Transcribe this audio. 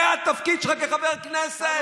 זה התפקיד שלך כחבר כנסת?